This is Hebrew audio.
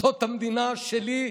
זאת המדינה שלי,